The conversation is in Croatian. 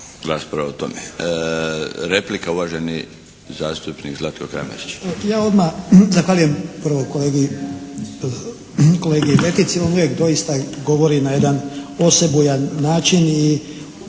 raspravu o tome. Replika uvaženi zastupnik Zlatko Kramarić. **Kramarić, Zlatko (HSLS)** Ja odmah zahvaljujem prvo kolegi Letici. On uvijek doista govori na jedan osebujan način i